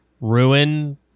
ruin